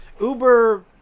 Uber